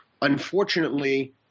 Unfortunately